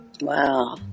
Wow